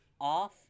off